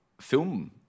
film